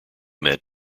met